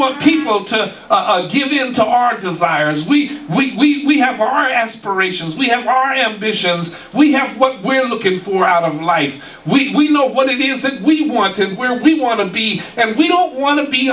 want people to give you into our desires we we have our aspirations we have our ambitions we have what we're looking for out of life we know what it is that we want to where we want to be and we don't want to be